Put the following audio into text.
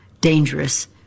dangerous